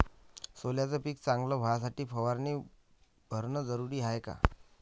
सोल्याचं पिक चांगलं व्हासाठी फवारणी भरनं जरुरी हाये का?